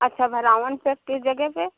अच्छा भरावन पर किस जगह पर